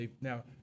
Now